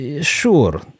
Sure